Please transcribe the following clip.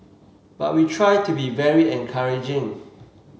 but we try to be very encouraging